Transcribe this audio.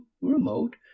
remote